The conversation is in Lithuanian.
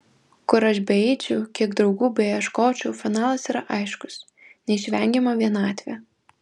kur aš beeičiau kiek draugų beieškočiau finalas yra aiškus neišvengiama vienatvė